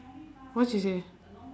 what she say